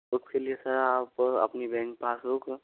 उसके लिए सर आप अपनी बैंक पास बुक